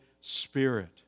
Spirit